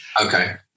Okay